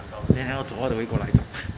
then 还有 go all the way 过来坐